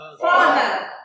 Father